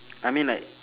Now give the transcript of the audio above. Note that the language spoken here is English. I mean like